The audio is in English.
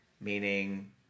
Meaning